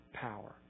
power